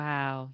Wow